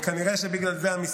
כנראה שבגלל זה המספר.